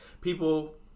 people